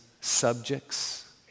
subjects